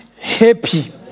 happy